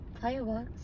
Fireworks